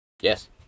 Yes